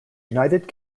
united